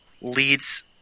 leads